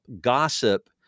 gossip